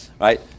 Right